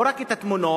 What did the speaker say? לא רק את התמונות,